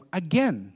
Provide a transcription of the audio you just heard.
again